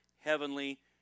Heavenly